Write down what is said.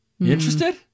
Interested